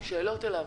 שאלות אליו.